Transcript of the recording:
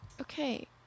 Okay